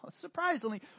surprisingly